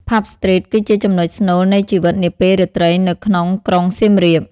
Pub Street គឺជាចំណុចស្នូលនៃជីវិតនាពេលរាត្រីនៅក្នុងក្រុងសៀមរាប។